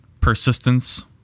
persistence